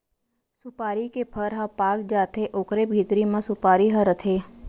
सुपारी के फर ह पाक जाथे ओकरे भीतरी म सुपारी ह रथे